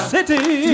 City